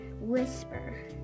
Whisper